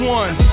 one